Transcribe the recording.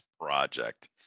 Project